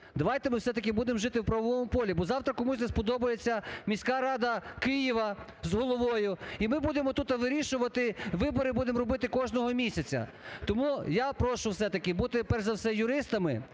Давайте ми все-таки будемо жити у правовому полі, бо завтра комусь не сподобається міська рада Києва з головою, і ми будемо тут вирішувати, вибори будемо робити кожного місяця. Тому я прошу все-таки бути перш за все юристами